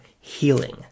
healing